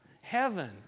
Heaven